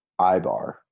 Ibar